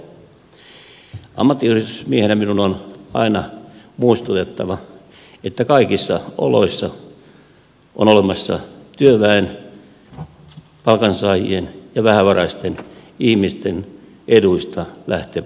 ammattiyhdistysmiehenä minun on aina muistutettava että kaikissa oloissa on olemassa työväen palkansaajien ja vähävaraisten ihmisten eduista lähtevä vaihtoehto